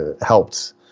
helped